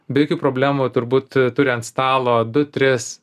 be jokių problemų turbūt turi ant stalo du tris